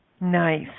Nice